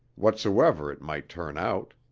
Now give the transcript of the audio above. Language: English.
whatsoever it might turn out.